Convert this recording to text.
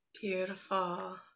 Beautiful